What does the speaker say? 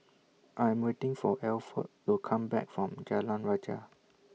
I Am waiting For Alford to Come Back from Jalan Rajah